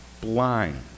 blind